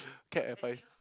capped at five